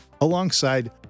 alongside